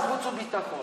אז חוץ וביטחון,